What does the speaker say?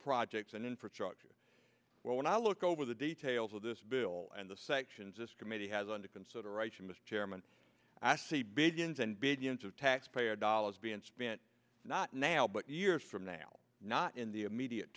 projects and infrastructure when i look over the details of this bill and the sections this committee has under consideration mr chairman i see billions and billions of taxpayer dollars being spent not now but years from now not in the immediate